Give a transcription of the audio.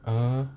!huh!